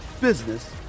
business